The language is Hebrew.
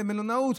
למלונאות: